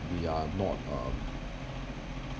we are not uh